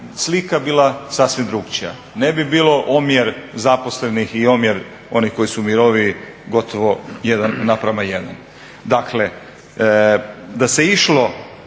slika bila sasvim drukčija, ne bi bilo omjer zaposlenih i omjer onih koji su u mirovini gotovo 1:1. Dakle, da se išlo